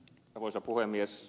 arvoisa puhemies